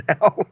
now